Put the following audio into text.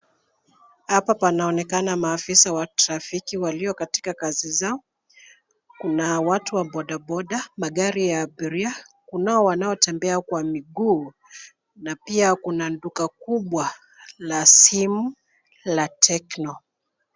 Hapa panaonekana maafisa wa trafiki walio katika kazi zao. Kuna watu wa bodaboda, magari ya abiria, kunao wanaotembea kwa miguu na pia kuna duka kubwa la simu la Tecno.